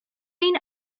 been